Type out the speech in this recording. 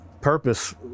purpose